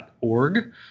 org